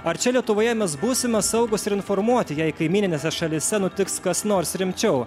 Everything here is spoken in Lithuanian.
ar čia lietuvoje mes būsime saugūs ir informuoti jei kaimyninėse šalyse nutiks kas nors rimčiau